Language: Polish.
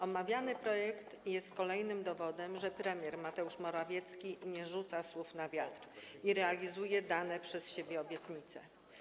Omawiany projekt jest kolejnym dowodem na to, że premier Mateusz Morawiecki nie rzuca słów na wiatr i realizuje dane przez siebie obietnice.